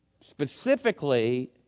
Specifically